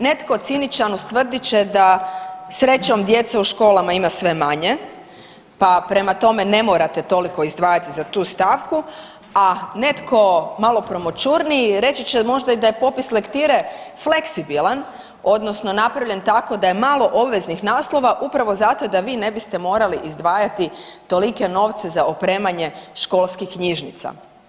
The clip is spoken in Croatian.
Netko ciničan ustvrdit će da srećom djece u školama ima sve manje, pa prema tome ne morate toliko izdvajati za tu stavku, a netko malo promućurniji reći će možda i da je popis lektire fleksibilan odnosno napravljen tako da je malo obveznih naslova upravo zato da vi ne biste morali izdvajati tolike novce za opremanje školskih knjižnica.